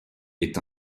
est